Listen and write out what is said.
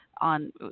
on